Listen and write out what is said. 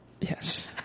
Yes